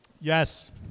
Yes